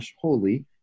holy